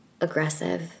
aggressive